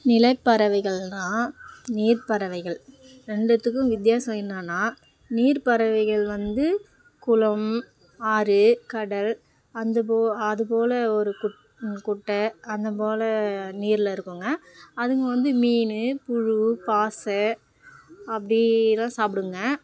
நிலப்பறவைகள்னால் நீர் பறவைகள் ரெண்டுத்துக்கும் வித்தியாசம் என்னான்னா நீர் பறவைகள் வந்து குளம் ஆறு கடல் அந்த போ அதுபோல் ஒரு குட் குட்டை அதுபோல் நீர்ல இருக்குதுங்க அதுங்க வந்து மீன் புழு பாசன் அப்படி தான் சாப்பிடுங்க